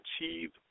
achieve